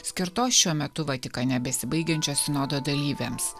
skirtos šiuo metu vatikane besibaigiančios sinodo dalyviams